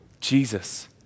Jesus